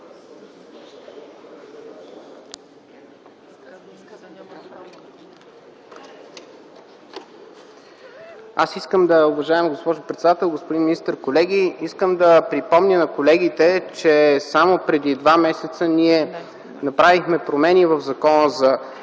(ГЕРБ): Уважаема госпожо председател, господин министър, колеги! Искам да припомня на колегите, че само преди два месеца ние направихме промени в Закона за